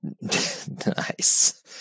Nice